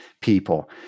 people